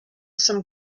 some